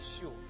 sure